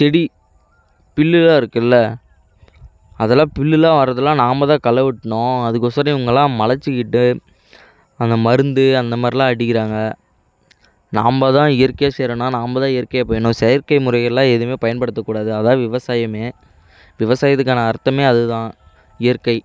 செடி பில்லுலாம் இருக்குல்ல அதெல்லாம் பில்லுலாம் வர்றதுலாம் நாம்தான் களை வெட்டணும் அதுக்கோசரம் இவங்கள்லாம் மலச்சுக்கிட்டு அந்த மருந்து அந்தமாதிரில்லாம் அடிக்கின்றாங்க நாம்மதான் இயற்கையாக செய்கிறோன்னா நாம் தான் இயற்கையாக போயிணும் செயற்கை முறைகளெலாம் எதுவுமே பயன்படுத்தக்கூடாது அதுதான் விவசாயமே விவசாயத்துக்கான அர்த்தமே அதுதான் இயற்கை